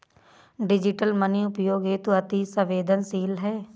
digital money उपयोग हेतु अति सवेंदनशील है